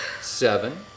Seven